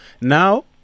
now